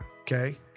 Okay